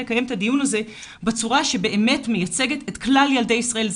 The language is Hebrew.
לקיים את הדיון הזה בצורה שבאמת מייצגת את כלל ילדי ישראל.